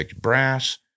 Brass